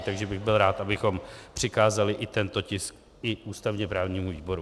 Takže bych byl rád, abychom přikázali i tento tisk i ústavněprávnímu výboru.